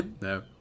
No